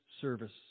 service